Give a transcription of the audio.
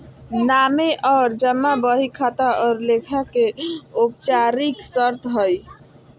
नामे और जमा बही खाता और लेखा के औपचारिक शर्त हइ